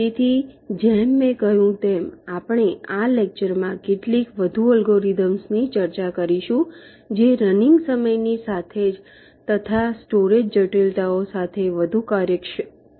તેથી જેમ મેં કહ્યું તેમ આપણે આ લેક્ચરમાં કેટલાક વધુ અલ્ગોરિધમ્સની ચર્ચા કરીશું જે રનિંગ સમયની સાથે તથા સ્ટોરેજ જટિલતાઓ સાથે વધુ કાર્યક્ષમ છે